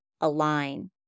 align